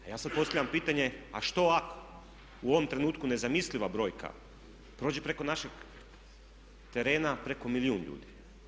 Pa ja sad postavljam pitanje a što ako u ovom trenutku nezamisliva brojka prođe preko našeg terena preko milijun ljudi?